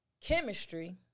Chemistry